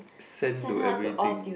send to everything